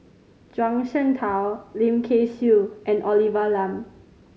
Zhuang Shengtao Lim Kay Siu and Olivia Lum